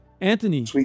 Anthony